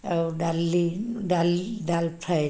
ଆଉ ଡାଲି ଡାଲ୍ଫ୍ରାଏ